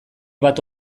bat